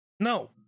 No